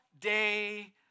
day